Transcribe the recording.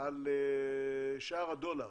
על שער הדולר